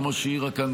כמו שהעירה כאן,